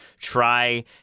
try